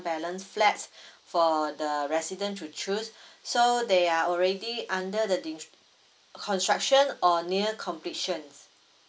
balance flat for the residence to choose so they are already under the dis~ construction or near completions